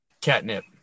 catnip